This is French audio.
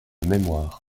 mémoire